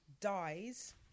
dies